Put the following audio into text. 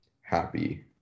happy